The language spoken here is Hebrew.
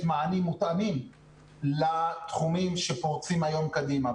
מענים מותאמים לתחומים שפורצים היום קדימה.